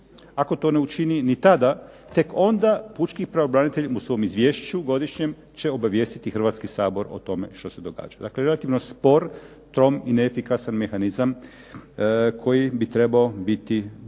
Ako to ne učini ni tada, tek onda pučki pravobranitelj u svom izvješću godišnjem će obavijestiti Hrvatski sabor o tome što se događa. Dakle, relativno spor, trom i neefikasan mehanizam koji bi trebao biti brz